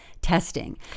testing